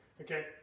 Okay